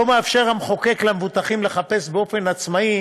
המחוקק לא מאפשר למבוטחים לחפש באופן עצמאי